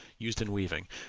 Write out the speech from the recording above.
used in weaving.